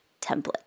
template